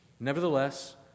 Nevertheless